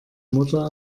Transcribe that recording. mutter